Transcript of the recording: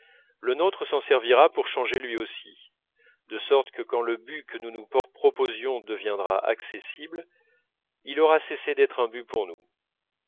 le nôtre s'en servira pour changer lui aussi de sorte que quand le but que nous nous proposions deviendra accessible il aura cessé d'être un but pour nous